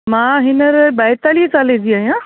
मां हींअर ॿाएतालीह साले जी आहियां